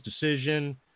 decision